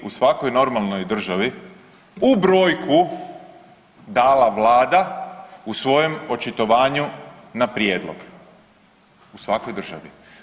svakoj normalnoj državi u brojku dala vlada u svojem očitovanju na prijedlog, u svakoj državi.